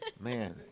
Man